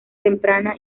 temprana